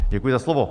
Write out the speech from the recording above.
Děkuji za slovo.